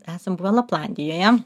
esam va laplandijoje